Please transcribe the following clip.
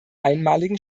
einmaligen